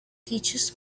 teaches